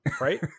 right